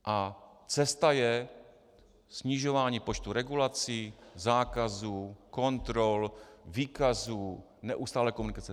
A cesta je snižování počtu regulací, zákazů, kontrol, výkazů, neustálé komunikace.